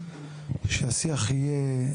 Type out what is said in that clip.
והסתבר שהאוכלוסייה שם מאוד מוסלמית,